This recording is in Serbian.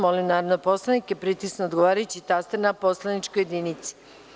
Molim narodne poslanike da pritisnu odgovarajući taster na poslaničkoj jedinici.